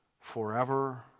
forever